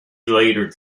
later